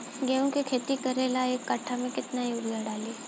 गेहूं के खेती करे ला एक काठा में केतना युरीयाँ डाली?